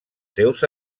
seus